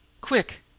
Quick